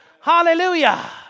Hallelujah